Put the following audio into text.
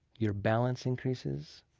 your balance increases,